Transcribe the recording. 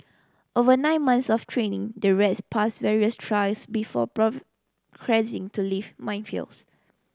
over nine months of training the rats pass various trials before to live minefields